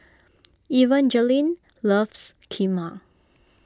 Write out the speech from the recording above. Evangeline loves Kheema